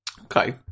Okay